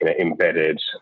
embedded